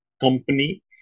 company